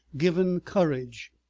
given courage.